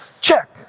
Check